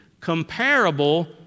comparable